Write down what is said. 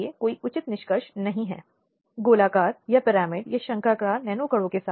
अब जैसा कि मैंने कहा कि प्रक्रियागत दृष्टिकोण में एक पुलिस है और दूसरा अदालत है